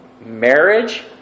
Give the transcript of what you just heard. marriage